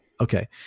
Okay